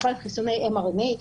בכלל חיסוני mRNA,